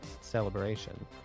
celebration